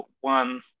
one